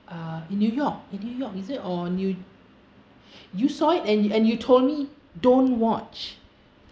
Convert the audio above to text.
uh in new york in new york is it or new you saw it and you and you told me don't watch